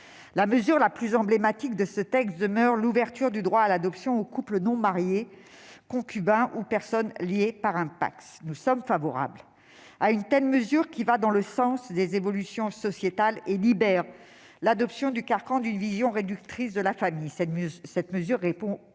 La mesure la plus emblématique de ce texte demeure l'ouverture du droit à l'adoption aux couples non mariés, qu'ils soient en concubinage ou liés par un PACS. Nous sommes favorables à une telle mesure, qui va dans le sens des évolutions sociétales et libère l'adoption du carcan d'une vision réductrice de la famille. Cette mesure répond ainsi